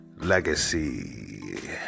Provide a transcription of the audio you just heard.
Legacy